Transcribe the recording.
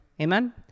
amen